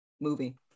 movie